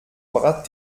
bras